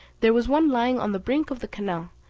there was one lying on the brink of the canal,